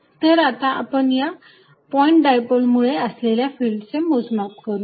तर आता आपण या पॉईंट डायपोल मुळे असलेल्या फिल्डचे मोजमाप करू